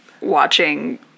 watching